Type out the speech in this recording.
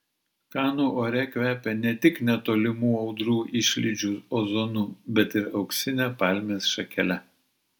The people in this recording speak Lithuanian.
kanų ore kvepia ne tik netolimų audrų išlydžių ozonu bet ir auksine palmės šakele